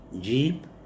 jeep